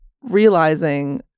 realizing